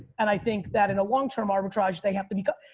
and i think that in a long term arbitrage, they have to be caught.